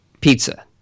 pizza